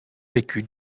vécu